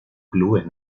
clubes